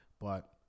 but-